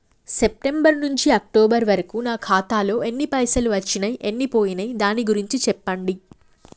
September నుంచి October వరకు నా ఖాతాలో ఎన్ని పైసలు వచ్చినయ్ ఎన్ని పోయినయ్ దాని గురించి చెప్పండి?